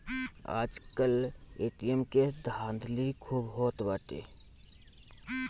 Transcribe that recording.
आजकल ए.टी.एम के धाधली खूबे होत बाटे